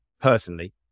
personally